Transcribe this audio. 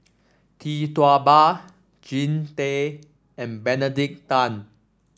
Tee Tua Ba Jean Tay and Benedict Tan